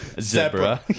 Zebra